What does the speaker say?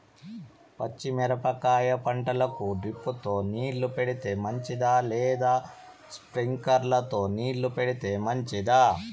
పచ్చి మిరపకాయ పంటకు డ్రిప్ తో నీళ్లు పెడితే మంచిదా లేదా స్ప్రింక్లర్లు తో నీళ్లు పెడితే మంచిదా?